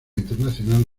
internacional